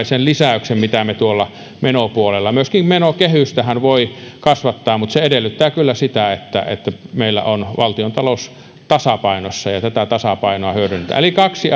sen lisäyksen mitä meillä on tuolla menopuolella menokehystäkinhän voi kasvattaa mutta se edellyttää kyllä sitä että että meillä on valtiontalous tasapainossa ja tätä tasapainoa hyödynnetään eli kaksi